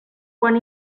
quan